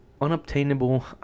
unobtainable